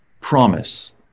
promise